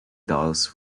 dolls